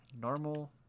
normal